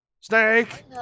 Snake